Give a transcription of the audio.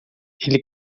ele